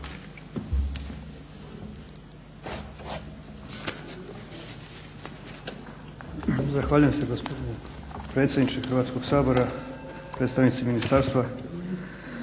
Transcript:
Zahvaljujem se gospodine predsjedniče Hrvatskog sabora. Predstavnici ministarstva.